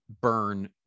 burn